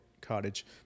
cottage